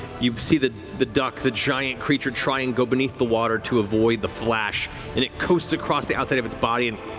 you see the the duck, the giant creature try and go beneath the water to avoid the flash and it coasts across the outside of its body and